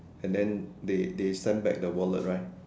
and then they they send back the wallet right